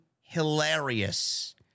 hilarious